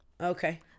Okay